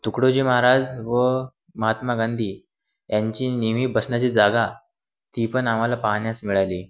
तुकडोजी महाराज व महात्मा गांधी यांची नेहमी बसण्याची जागा ती पण आम्हाला पाहण्यास मिळाली